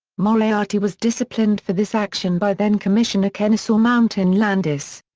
moriarty was disciplined for this action by then-commissioner kenesaw mountain landis.